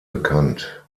bekannt